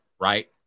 right